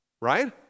right